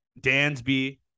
Dansby